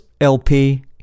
LP